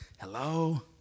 Hello